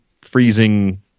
freezing